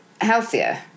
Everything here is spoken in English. healthier